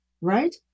right